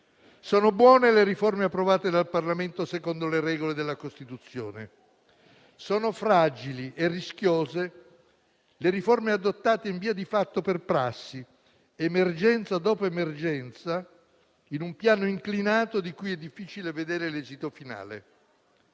sono buone le riforme approvate dal Parlamento secondo le regole della Costituzione; sono fragili e rischiose le riforme adottate in via di fatto per prassi, emergenza dopo emergenza, in un piano inclinato di cui è difficile vedere l'esito finale.